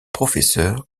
professeur